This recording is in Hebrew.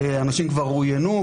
אנשים כבר רואיינו,